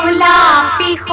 long